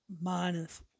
minus